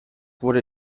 wurde